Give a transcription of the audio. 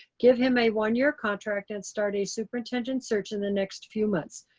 give him a one year contract and start a superintendent search in the next few months.